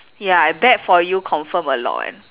ya I bet for you confirm a lot [one]